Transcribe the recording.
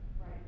right